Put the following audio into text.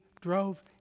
drove